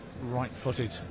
right-footed